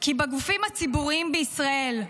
כי בגופים הציבוריים בישראל,